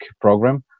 program